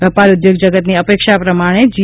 વેપારઉઘોગ જગતની અપેક્ષા પ્રમાણે જી